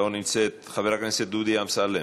לא נמצאת, חבר הכנסת דודי אמסלם.